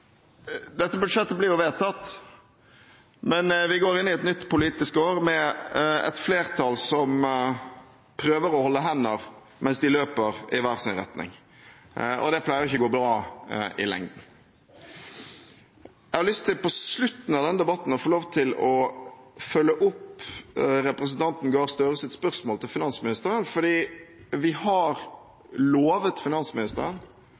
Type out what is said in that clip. Dette budsjettet blir jo vedtatt, men vi går inn i et nytt politisk år med et flertall som prøver å holde hender mens de løper i hver sin retning, og det pleier jo ikke å gå bra i lengden. Jeg har lyst til på slutten av denne debatten å følge opp representanten Gahr Støres spørsmål til finansministeren, for vi har lovet finansministeren